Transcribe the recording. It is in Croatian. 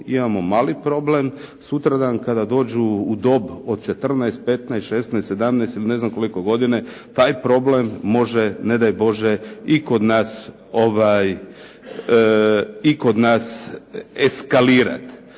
imamo mali problem. Sutradan kada dođu u dob od 14,15,16,17 ili ne znam koliko godina, taj problem može, ne daj Bože i kod nas eskalirati.